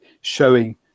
showing